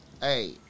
Hey